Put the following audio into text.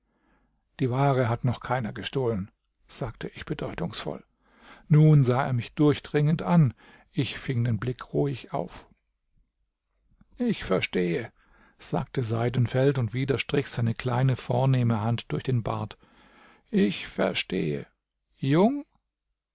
die ware hat noch keiner gestohlen sagte ich bedeutungsvoll nun sah er mich durchdringend an ich fing den blick ruhig auf ich verstehe sagte seidenfeld und wieder strich seine kleine vornehme hand durch den bart ich verstehe jung